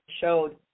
showed